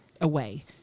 away